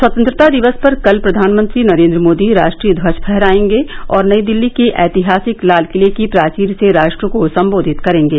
स्वतंत्रता दिवस पर कल प्रधानमंत्री नरेद्र मोदी राष्ट्रीय ध्वज फहराएगे और नई दिल्ली के ऐतिहासिक लालकिले की प्राचीर से राष्ट्र को सम्बोधित करेंगे